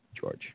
George